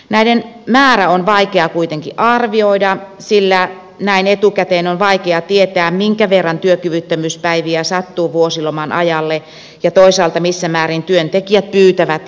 näiden määrää on vaikea kuitenkin arvioida sillä näin etukäteen on vaikea tietää minkä verran työkyvyttömyyspäiviä sattuu vuosiloman ajalle ja toisaalta missä määrin työntekijät pyytävät vuosiloman siirtoa